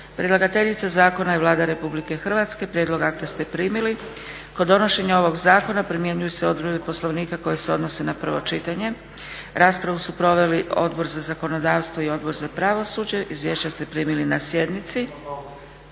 Predlagateljica zakona je Vlada RH. Prijedlog akta ste primili. Kod donošenja ovog zakona primjenjuju se odredbe Poslovnika koje se odnose na prvo čitanje. Raspravu su proveli Odbor za zakonodavstvo i Odbor za pravosuđe. Izvješća ste primili na sjednici.